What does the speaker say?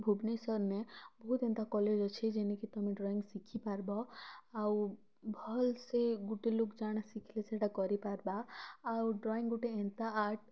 ଭୁବନେଶ୍ବରନେଁ ବହୁତ୍ ଏନ୍ତା କଲେଜ୍ ଅଛେ ଯେନେ କି ତମେ ଡ଼୍ରଇଂ ଶିଖିପାରବ ଆଉ ଭଲସେ ଗୁଟେ ଲୋକ୍ ଜାଣା ଶିଖଲେ ସେଟା କରିପାରବା ଆଉ ଡ଼୍ରଇଂ ଗୁଟେ ଏନ୍ତା ଆର୍ଟ୍